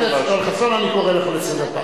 חשובים מאוד כצעדים מתקנים במישור החברתי.